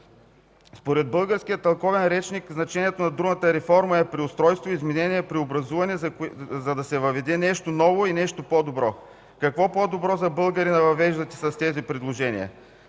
Според българския тълковен речник значението на думата „реформа” е преустройство, изменение, преобразуване, за да се въведе нещо ново и нещо по-добро. Какво по-добро за българина въвеждате с тези предложения?